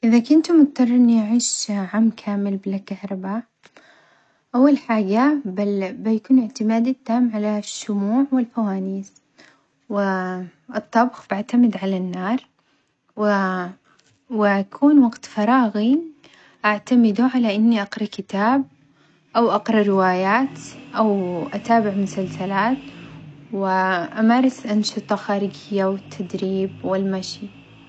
إذا كنت مضطر إني أعيش عام كام بلا كهربا، أول حاجة بي بيكون إعتمادي التام على الشموع والفوانيس، والطبخ بعتمد على النار و وأكون وقت فراغي أعتمده على إني أقرا كتاب أو أقرا روايات أو أتابع مسلسلات وأمارس أنشطة خارجية والتدريب والمشي.